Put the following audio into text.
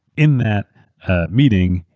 in that meeting,